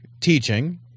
teaching